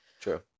True